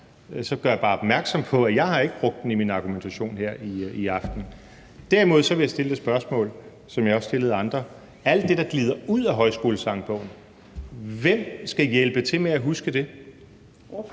så gør jeg bare opmærksom på, at jeg ikke har brugt den i min argumentation her i aften. Derimod vil jeg stille det spørgsmål, som jeg også stillede andre: Hvem skal hjælpe til med at huske alt